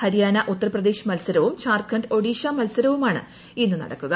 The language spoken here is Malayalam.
ഹരിയാന ഉത്തർപ്രദേശ് മത്സരവും ത്ധാർഖണ്ഡ് ഒഡീഷ് മത്സരവുമാണ് ഇന്ന് നടക്കുക